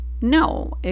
no